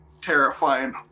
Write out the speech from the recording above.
terrifying